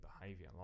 behavior